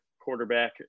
quarterback